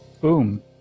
Boom